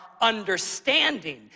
understanding